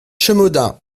chemaudin